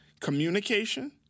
Communication